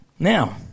Now